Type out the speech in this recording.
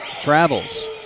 travels